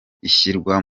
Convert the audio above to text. ishyirwa